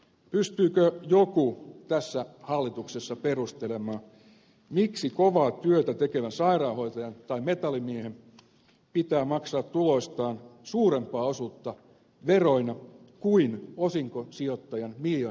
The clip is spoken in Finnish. pystyykö joku tässä hallituksessa perustelemaan miksi kovaa työtä tekevän sairaanhoitajan tai metallimiehen pitää maksaa tuloistaan suurempaa osuutta veroina kuin osinkosijoittajan miljonääriluokassa